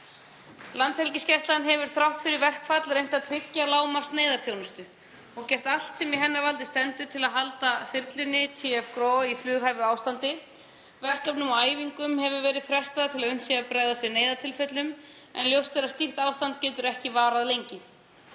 Landhelgisgæslan hefur þrátt fyrir verkfall reynt að tryggja lágmarksneyðarþjónustu og gert allt sem í hennar valdi stendur til að halda þyrlunni TF-GRO í flughæfu ástandi. Verkefnum og æfingum hefur verið frestað til að unnt sé að bregðast við neyðartilfellum, en ljóst er að slíkt ástand getur ekki varað lengi.